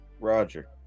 Roger